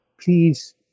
please